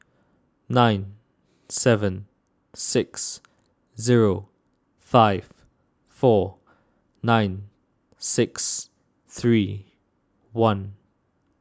nine seven six zero five four nine six three one